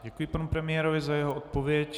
Děkuji panu premiérovi za jeho odpověď.